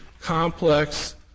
complex